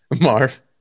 Marv